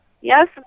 Yes